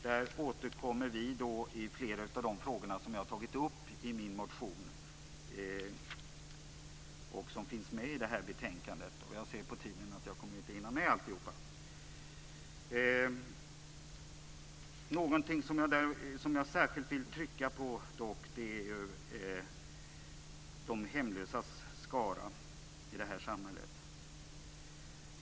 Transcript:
Där återkommer vi i flera av de frågor som jag har tagit upp i min motion som finns med i betänkandet. Jag ser på min taletid att jag inte kommer att hinna med alltihop. Något som jag dock särskilt vill trycka på är situationen för de hemlösas skara i samhället.